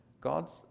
God's